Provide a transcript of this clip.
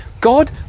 God